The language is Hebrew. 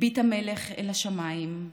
הביט המלך אל השמיים,